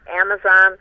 Amazon